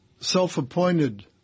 self-appointed